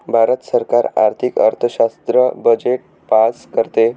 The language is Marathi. भारत सरकार आर्थिक अर्थशास्त्रात बजेट पास करते